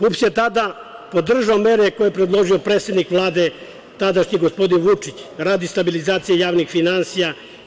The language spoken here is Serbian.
PUPS je tada podržao mere koje je predložio predsednik Vlade tadašnji, gospodin Vučić, radi stabilizacije javnih finansija.